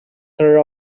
her